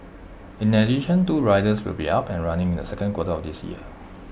in addition two rides will be up and running in the second quarter of this year